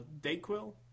Dayquil